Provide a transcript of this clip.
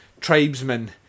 tribesmen